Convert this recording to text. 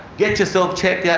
get yourself checked out,